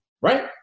right